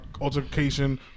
altercation